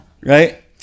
right